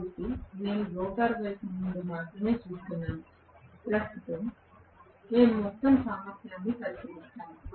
కాబట్టి నేను రోటర్ వైపు నుండి మాత్రమే చూస్తున్నాను ప్రస్తుతం మేము మొత్తం సామర్థ్యాన్ని పరిశీలిస్తాము